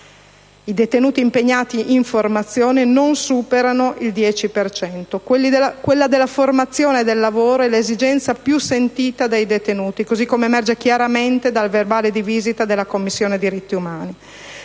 I detenuti impegnati in attività formative non superano il 10 per cento. Quella della formazione e del lavoro è l'esigenza più sentita dai detenuti, come emerge chiaramente dal verbale di visita della Commissione diritti umani.